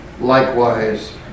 likewise